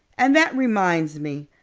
and that reminds me.